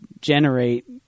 generate